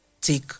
take